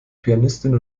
pianistin